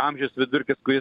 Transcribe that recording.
amžiaus vidurkis kuris